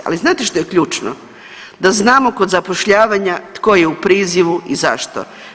Ali znate što je ključno, da znamo kod zapošljavanja tko je u prizivu i zašto.